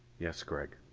yes, gregg.